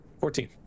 Fourteen